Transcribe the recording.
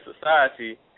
society